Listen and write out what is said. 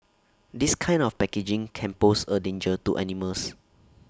this kind of packaging can pose A danger to animals